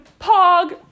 Pog